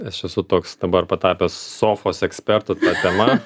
aš esu toks dabar patapęs sofos ekspertu ta tema